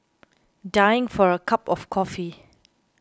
dying for a cup of coffee